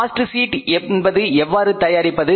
cost sheet என்பது எவ்வாறு தயாரிப்பது